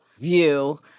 view